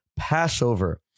Passover